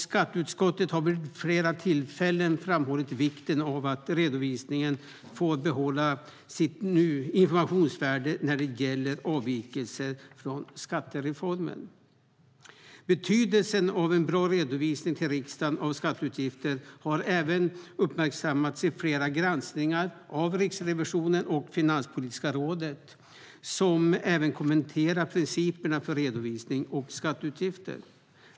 Skatteutskottet har vid flera tillfällen framhållit vikten av att redovisningen får behålla sitt informationsvärde när det gäller avvikelser från skattereformen. Betydelsen av en bra redovisning av skatteutgifter till riksdagen har även uppmärksammats i flera granskningar av Riksrevisionen och Finanspolitiska rådet, som även kommenterar principerna för redovisning av skatteutgifter.